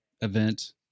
event